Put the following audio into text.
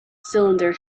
cylinder